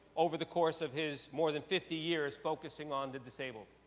over the course of his more than fifty years focusing on the disabled,